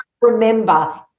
remember